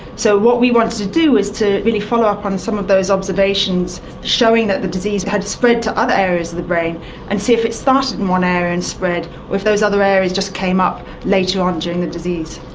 so what we want to do is to really follow up on some of those observations, showing that the disease had spread to other areas of the brain and see if it started in one area and spread or if those other areas just came up later on during the disease.